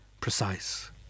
precise